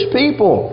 people